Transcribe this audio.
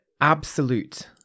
absolute